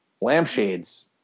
lampshades